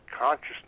consciousness